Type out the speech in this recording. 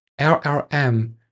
LLM